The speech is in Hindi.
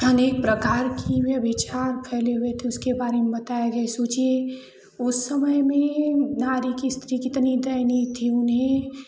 अनेक प्रकार की व्यभिचार पहले हुए तो उसके बारे में बताया गया सोचिए उस समय में नारी की स्थिति कितनी दयनीय थी उन्हें